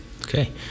Okay